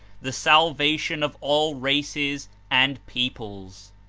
the salvation of all races and peoples.